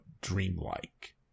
dreamlike